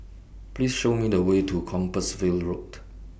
Please Show Me The Way to Compassvale Road